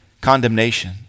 condemnation